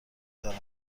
دارد